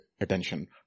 attention